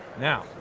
now